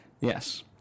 Yes